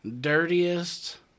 dirtiest